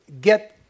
get